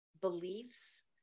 beliefs